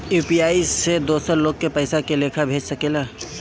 UPI से दोसर लोग के पइसा के लेखा भेज सकेला?